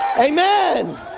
Amen